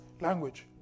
language